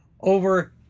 Over